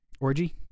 Orgy